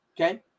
Okay